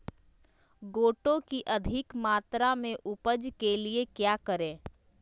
गोटो की अधिक मात्रा में उपज के लिए क्या करें?